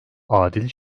adil